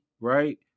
right